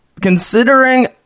Considering